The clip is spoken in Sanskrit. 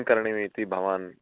किं करणीयम् इति भवान्